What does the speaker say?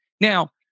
now